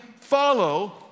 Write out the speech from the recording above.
follow